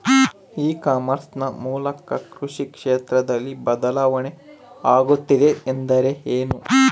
E commerce ನ ಮೂಲಕ ಕೃಷಿ ಕ್ಷೇತ್ರದಲ್ಲಿ ಬದಲಾವಣೆ ಆಗುತ್ತಿದೆ ಎಂದರೆ ಏನು?